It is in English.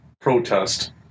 protest